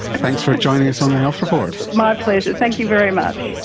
thanks for joining us on the health report. my pleasure, thank you very much.